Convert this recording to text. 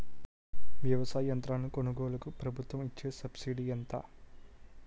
వ్యవసాయ యంత్రాలను కొనుగోలుకు ప్రభుత్వం ఇచ్చే సబ్సిడీ ఎంత?